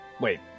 Wait